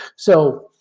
so,